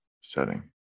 setting